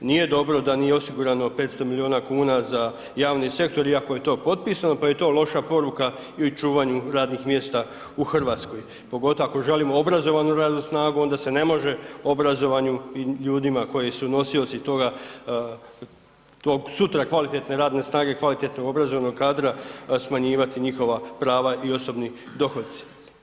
Nije dobro da nije osigurano 500 milijuna kuna za javni sektor iako je to potpisano, pa je to loša poruka i čuvanju radnih mjesta u Hrvatskoj pogotovo ako želimo obrazovanu radnu snagu onda se ne može obrazovanju i ljudima koji su nosioci toga, tog sutra kvalitetne radne snage i kvalitetnog obrazovnog kadra, smanjivati njihova prava i osobni dohodci.